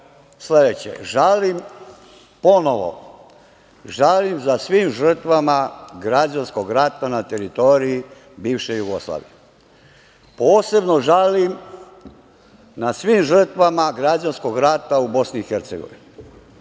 sledeće – žalim ponovo, žalim za svim žrtvama građanskog rata na teritoriji bivše Jugoslavije. Posebno žalim nad svim žrtvama građanskog rata u Bosni